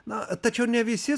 na tačiau ne visi